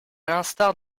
l’instar